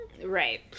Right